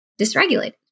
dysregulated